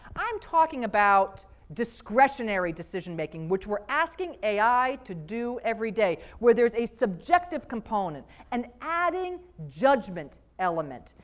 i'm talking about discretionary decision making which we're asking ai to do every day where there's a subjective component, and adding judgment element,